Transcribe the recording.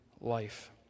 life